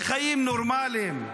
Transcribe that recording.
לחיים נורמליים,